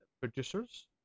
producers